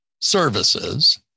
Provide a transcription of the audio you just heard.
services